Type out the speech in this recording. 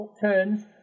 turns